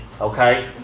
Okay